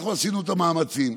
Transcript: אנחנו עשינו את המאמצים,